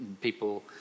people